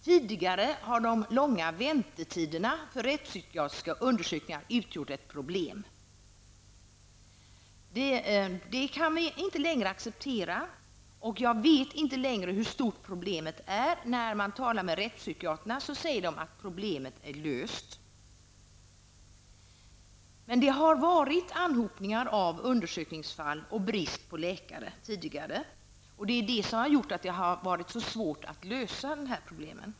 Tidigare har de långa väntetiderna för rättspsykiatriska undersökningar utgjort ett problem. Det kan vi inte längre acceptera. Jag vet dock inte längre hur stort problemet är. När man talar med rättspsykiatriker säger de att problemet är löst. Tidigare har det dock varit fråga om anhopningar av undersökningsfall och brist på läkare. Därför har det varit så svårt att lösa dessa problem.